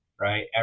right